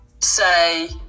say